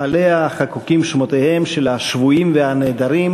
שעליה היו חקוקים שמותיהם של השבויים והנעדרים,